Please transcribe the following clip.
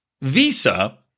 visa